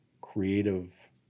creative